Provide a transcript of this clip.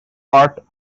part